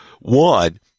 One